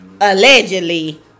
Allegedly